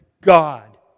god